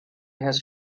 his